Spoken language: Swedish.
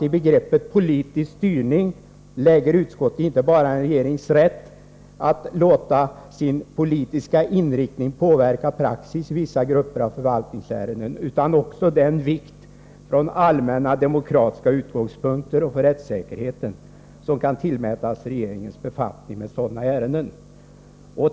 I begreppet politisk styrning lägger utskottet inte bara en regerings rätt att låta sin politiska inriktning påverka praxis i vissa grupper av förvaltningsärenden utan också den vikt från allmänna demokratiska utgångspunkter och för rättssäkerheten som kan tillmätas regeringens befattning med sådana ärenden. ——=—.